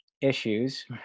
issues